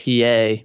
PA